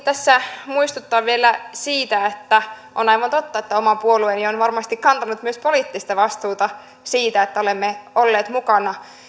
tässä tietenkin muistuttaa vielä siitä että on aivan totta että oma puolueeni on varmasti kantanut myös poliittista vastuuta siitä että olemme olleet mukana